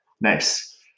Nice